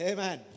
Amen